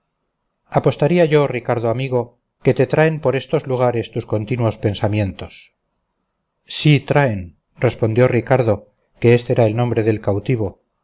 apostaría yo ricardo amigo que te traen por estos lugares tus continuos pensamientos sí traen respondió ricardo que éste era el nombre del cautivo